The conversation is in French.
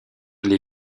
les